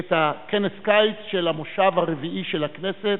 את כנס הקיץ של המושב הרביעי של הכנסת,